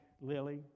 Lily